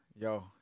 yo